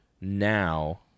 now